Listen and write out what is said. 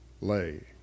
lay